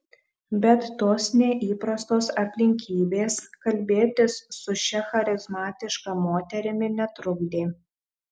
bet tos neįprastos aplinkybės kalbėtis su šia charizmatiška moterimi netrukdė